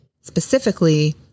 specifically